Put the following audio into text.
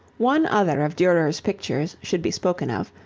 one other of durer's pictures should be spoken of,